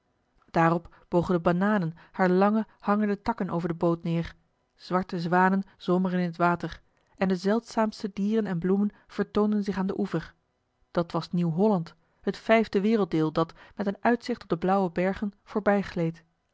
daarop bogen de bananen haar lange hangende takken over de boot neer zwarte zwanen zwommen er in het water en de zeldzaamste dieren en bloemen vertoonden zich aan den oever dat was nieuw-holland het vijfde werelddeel dat met een uitzicht op de blauwe bergen